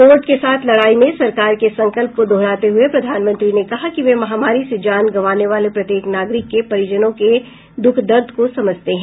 Covid के साथ लड़ाई में सरकार के संकल्प को दोहराते हुए प्रधानमंत्री ने कहा कि वे महामारी से जान गंवाने वाले प्रत्येक नागरिक के परिजनों के दुख दर्द को समझते हैं